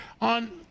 on